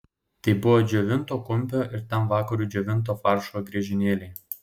tai buvo džiovinto kumpio ir tam vakarui džiovinto faršo griežinėliai